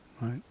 Right